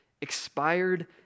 expired